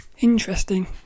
interesting